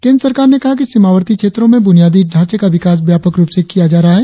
केंद्र सरकार ने कहा है कि सीमावर्ती क्षेत्रों में बुनियादी ढांचे का विकास व्यापक रुप से किया जा रहा है